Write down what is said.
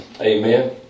Amen